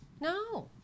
No